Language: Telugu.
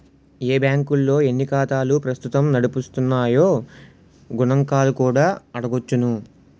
ఏ బాంకుల్లో ఎన్ని ఖాతాలు ప్రస్తుతం నడుస్తున్నాయో గణంకాలు కూడా అడగొచ్చును